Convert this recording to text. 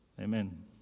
Amen